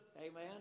amen